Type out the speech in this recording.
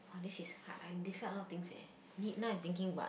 oh this is hard I dislike a lot of things leh need now I thinking but